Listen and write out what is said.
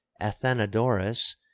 Athenodorus